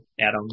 Adam